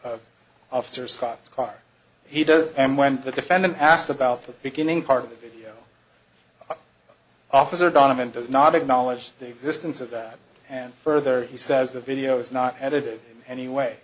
of officer scott's car he does and when the defendant asked about the beginning part of the video officer donovan does not acknowledge the existence of that and further he says the video is not edited anyway